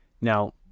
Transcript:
Now